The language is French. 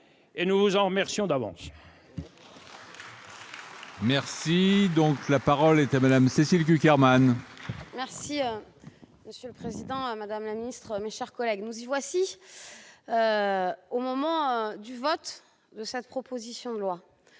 et nous vous en remercions d'avance.